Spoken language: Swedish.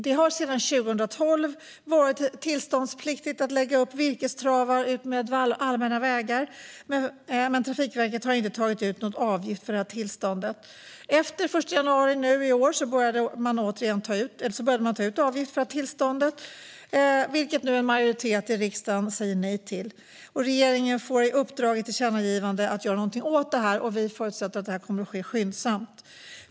Det har sedan 2012 varit tillståndspliktigt att lägga upp virkestravar utmed allmänna vägar, men Trafikverket har inte tagit ut någon avgift för tillståndet. Den 1 januari i år började man ta ut en avgift för tillståndet, vilket nu en majoritet i riksdagen säger nej till. Regeringen får i ett tillkännagivande i uppdrag att göra någonting åt detta, och vi förutsätter att det kommer att ske skyndsamt.